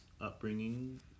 upbringing